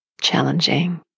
challenging